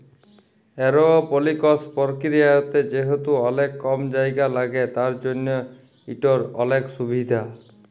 এরওপলিকস পরকিরিয়াতে যেহেতু অলেক কম জায়গা ল্যাগে তার জ্যনহ ইটর অলেক সুভিধা